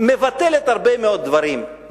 מבטלת הרבה מאוד דברים,